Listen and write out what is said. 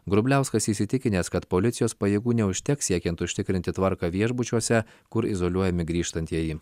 grubliauskas įsitikinęs kad policijos pajėgų neužteks siekiant užtikrinti tvarką viešbučiuose kur izoliuojami grįžtantieji